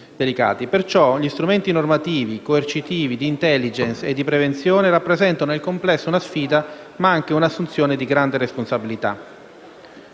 perciò gli strumenti normativi, coercitivi, di *intelligence* e di prevenzione rappresentano nel complesso una sfida ma anche una assunzione di grande responsabilità.